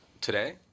today